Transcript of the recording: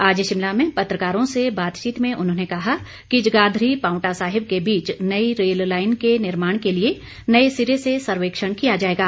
आज शिमला में पत्रकारों से बातचीत में उन्होंने कहा कि जगाधरी पांवटा साहिब के बीच नई रेल लाइन के निर्माण के लिए नए सिरे से सर्वेक्षण किया जाएगा